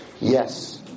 Yes